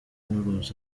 n’uruza